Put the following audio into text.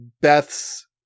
Beth's